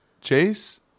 Chase